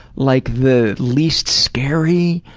like the least scary.